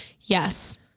yes